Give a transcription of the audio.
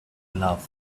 loved